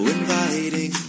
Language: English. inviting